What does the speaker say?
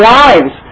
lives